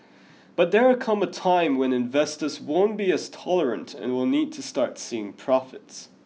but there come a time when investors won't be as tolerant and will need to start seeing profits